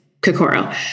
Kokoro